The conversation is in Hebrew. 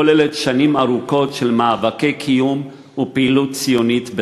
הכוללת שנים ארוכות של מאבקי קיום ופעילות ציונית.